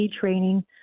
training